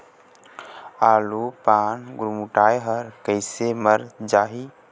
आलू पान गुरमुटाए हर कइसे मर जाही?